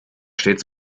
steht